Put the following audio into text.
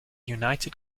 united